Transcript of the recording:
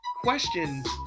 questions